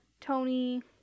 tony